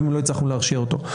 גם אם לא הצלחנו להרשיע אותו.